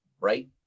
right